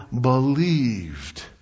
believed